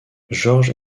jorge